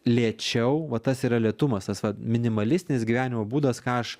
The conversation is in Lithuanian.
lėčiau va tas yra lėtumas tas minimalistinis gyvenimo būdas ką aš